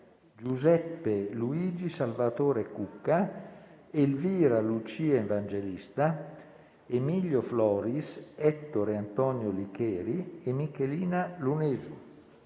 Giuseppe Luigi Salvatore Cucca, Elvira Lucia Evangelista, Emilio Floris, Ettore Antonio Licheri e Michelina Lunesu;